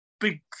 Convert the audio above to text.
big